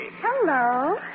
Hello